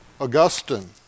Augustine